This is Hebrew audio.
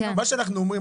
מה שאנחנו אומרים,